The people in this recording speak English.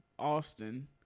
Austin